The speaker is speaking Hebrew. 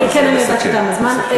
אני יודעת שתם הזמן.